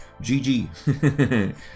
GG